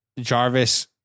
Jarvis